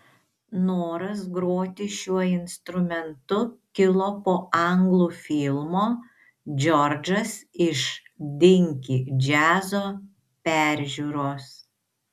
noras groti šiuo instrumentu kilo po anglų filmo džordžas iš dinki džiazo peržiūros